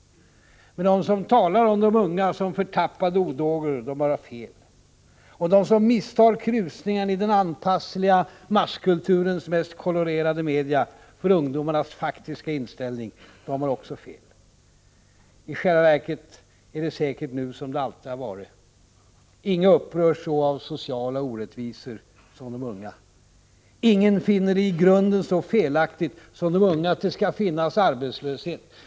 Men de som talar om de unga som förtappade odågor har fel. Och de som missar krusningen i den anpassliga masskulturens mest kolorerade media för ungdomarnas faktiska inställning har också fel. I själva verket är det säkert nu som det alltid har varit: Inga upprörs så av sociala orättvisor som de unga. Inga finner det i grunden så felaktigt som de unga att det skall behöva finnas arbetslöshet.